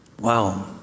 Wow